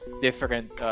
different